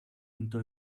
into